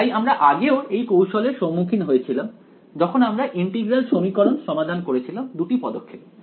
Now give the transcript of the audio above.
তাই আমরা আগেও এই কৌশলের সম্মুখীন হয়েছিলাম যখন আমরা ইন্টিগ্রাল সমীকরণ সমাধান করেছিলাম দুটি পদক্ষেপে